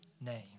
name